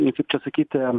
ir kaip čia sakyti